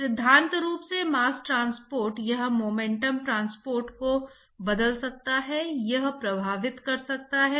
तो सिद्धांत रूप में मोमेंटम हीट और मास्स ट्रांसपोर्ट वे सिद्धांत रूप में एक साथ हो सकते हैं